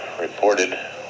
reported